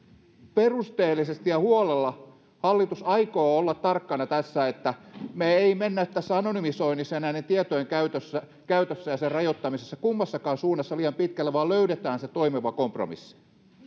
perusteellisesti ja huolella hallitus aikoo olla tarkkana tässä että me emme mene tässä anonymisoinnissa ja näiden tietojen käytössä käytössä ja sen rajoittamisessa kummassakaan suunnassa liian pitkälle vaan löydämme sen toimivan kompromissin